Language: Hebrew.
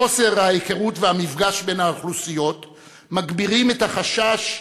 חוסר ההיכרות והמפגש בין האוכלוסיות מגביר את החשש,